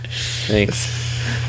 Thanks